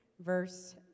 verse